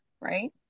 Right